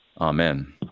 Amen